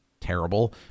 terrible